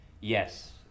Yes